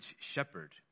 shepherd